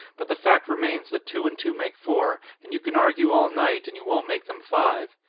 but the fact remains that two and two make four and you can argue all night and you won't make them five.